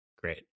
great